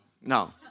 No